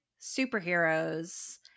superheroes